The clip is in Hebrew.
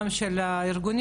גם של הארגונים,